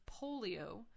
polio